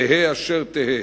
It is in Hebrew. תהא אשר תהא,